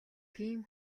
тийм